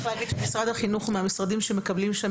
צריך להגיד שמשרד החינוך הוא מהמשרדים שמקבלים שם